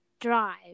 drive